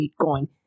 Bitcoin